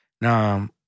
now